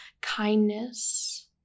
kindness